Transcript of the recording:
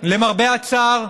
למרבה הצער,